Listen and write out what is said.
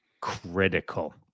critical